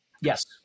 Yes